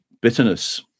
Bitterness